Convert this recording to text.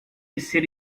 city